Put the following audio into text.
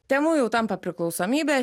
temu jau tampa priklausomybe